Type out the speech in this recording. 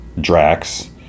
Drax